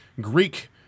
Greek